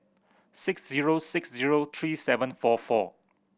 six zero six zero three seven four four